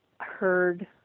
heard